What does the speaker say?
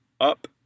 up